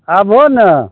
आबहो ने